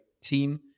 team